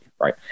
right